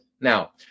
Now